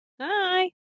Hi